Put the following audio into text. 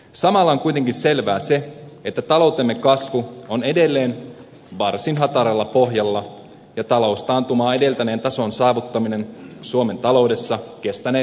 samalla on kuitenkin selvää se että taloutemme kasvu on edelleen varsin hataralla pohjalla ja taloustaantumaa edeltäneen tason saavuttaminen suomen taloudessa kestänee useita vuosia